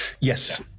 Yes